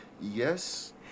yes